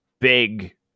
big